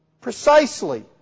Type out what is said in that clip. precisely